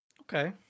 Okay